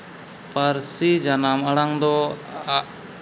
ᱯᱟᱹᱨᱥᱤ ᱡᱟᱱᱟᱢ ᱟᱲᱟᱝ ᱫᱚ